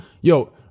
yo